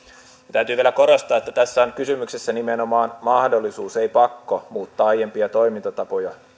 täytyy vielä korostaa että tässä on kysymyksessä nimenomaan mahdollisuus ei pakko muuttaa aiempia toimintatapoja